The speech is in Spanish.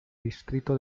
distrito